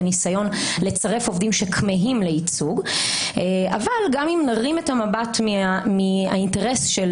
בניסיון לצרף עובדים שכמהים לייצוג אבל גם אם נרים את המבט מהאינטרס של